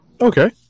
Okay